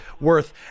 worth